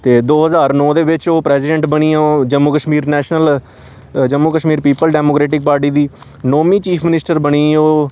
ते दो ज्हार नौ दे बिच ओह् प्रैजिडेंट बनियां ओह् Jammu Kashmir national Jammu Kashmir people democratic party दी नौमीं चीफ मिनिस्टर बनी ओह्